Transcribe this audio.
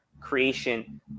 creation